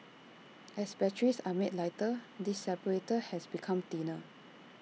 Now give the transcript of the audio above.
as batteries are made lighter this separator has become thinner